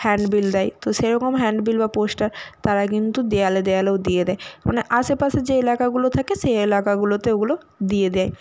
handbill দেয় তো সেরকম হ্যাণ্ডবিল বা পোস্টার তারা কিন্তু দেয়ালে দেয়ালেও দিয়ে দেয় মানে আশেপাশে যে এলাকাগুলো থাকে সেই এলাকাগুলোতে ওগুলো দিয়ে দেয়